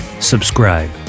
subscribe